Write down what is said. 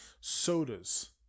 sodas